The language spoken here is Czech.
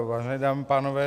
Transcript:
Vážené dámy, pánové.